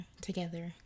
together